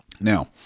Now